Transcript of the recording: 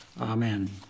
Amen